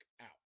out